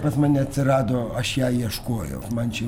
pas mane atsirado aš ją ieškojau man čia